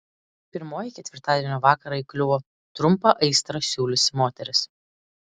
pirmoji ketvirtadienio vakarą įkliuvo trumpą aistrą siūliusi moteris